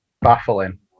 baffling